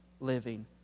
Living